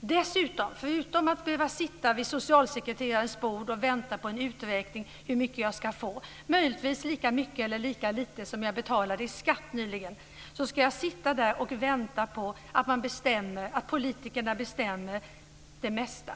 Jag ska inte behöva sitta vid socialsekreterarens bord och vänta på en uträkning av hur mycket jag ska få, möjligtvis lika mycket eller lika lite som jag betalat i skatt nyligen. Jag får nu sitta där och vänta på att politikerna bestämmer det mesta.